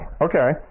okay